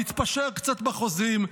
להתפשר קצת בחוזים,